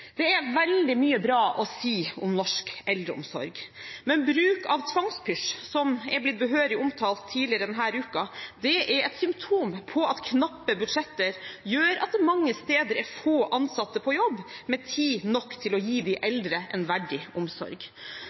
Det er veldig mye bra å si om norsk eldreomsorg, men bruk av tvangspysj, som er behørig omtalt tidligere i denne uken, er et symptom på at knappe budsjetter gjør at det mange steder er få ansatte på jobb med tid nok til å gi de eldre en verdig omsorg.